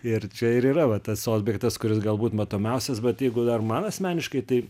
ir čia ir yra tas objektas kuris galbūt matomiausias bet jeigu dar man asmeniškai tai